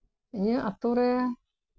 ᱤᱧᱟᱹᱜ ᱟᱛᱳ ᱨᱮ